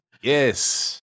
Yes